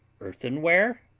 earthenware,